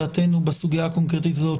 דעתנו בסוגיה הקונקרטית הזו,